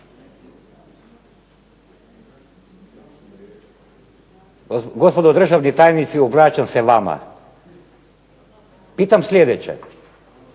gospodo državni tajnici obraćam se vama, pitam sljedeće.